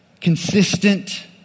consistent